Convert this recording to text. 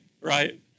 right